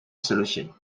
solution